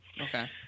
Okay